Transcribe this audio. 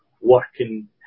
working